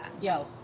yo